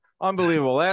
Unbelievable